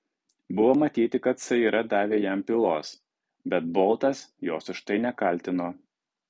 buvo matyti kad saira davė jam pylos bet boltas jos už tai nekaltino